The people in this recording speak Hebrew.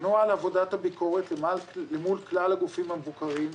עבודת הביקורת למול כלל הגופים המבוקרים.